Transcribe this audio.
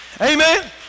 Amen